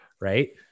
Right